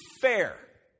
fair